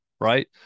right